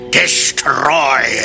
destroy